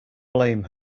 blame